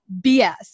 BS